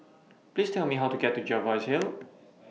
Please Tell Me How to get to Jervois Hill